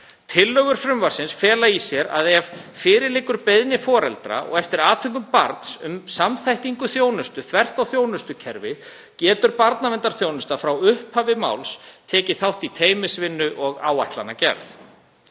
Tillögur frumvarpsins fela í sér að ef fyrir liggur beiðni foreldra og eftir atvikum barns um samþættingu þjónustu þvert á þjónustukerfi getur barnaverndarþjónusta frá upphafi máls tekið þátt í teymisvinnu og áætlanagerð.